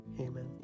Amen